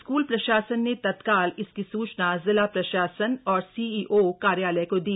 school प्रशासन ने तत्काल इसकी सूचना जिला प्रशासन और सीइओ कार्यालय को दी